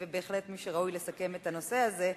ובהחלט מי שראוי לסכם את הנושא הזה,